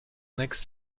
next